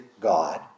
God